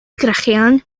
sgrechian